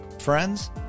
Friends